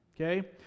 okay